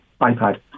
iPad